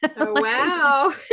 Wow